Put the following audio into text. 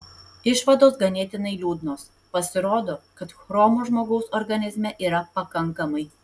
išvados ganėtinai liūdnos pasirodo kad chromo žmogaus organizme yra pakankamai